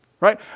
right